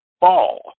ball